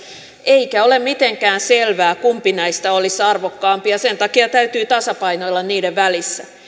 eikä ole mitenkään selvää kumpi näistä olisi arvokkaampi ja sen takia täytyy tasapainoilla niiden välissä